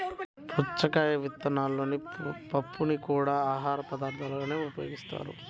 పుచ్చకాయ విత్తనాలలోని పప్పుని కూడా ఆహారపదార్థంగా ఉపయోగిస్తారు